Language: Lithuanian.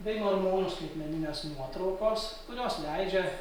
bei mormonų skaitmeninės nuotraukos kurios leidžia